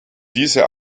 diese